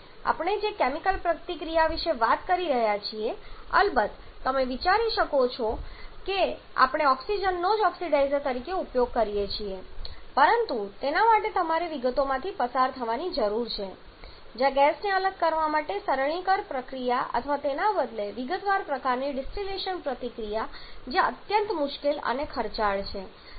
આપણે જે કેમિકલ પ્રતિક્રિયાના ભાગ વિશે વાત કરી રહ્યા છીએ અલબત્ત તમે વિચારી શકો છો કે આપણે ઓક્સિજનનો જ ઓક્સિડાઇઝર તરીકે ઉપયોગ કરી શકીએ છીએ પરંતુ તેના માટે તમારે વિગતોમાંથી પસાર થવાની જરૂર છે જ્યાં ગેસને અલગ કરવા માટે સરળીકરણ પ્રક્રિયા અથવા તેના બદલે વિગતવાર પ્રકારની ડિસ્ટિલેશન પ્રક્રિયા જે અત્યંત મુશ્કેલ અને ખર્ચાળ છે